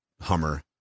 Hummer